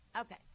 Okay